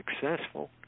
successful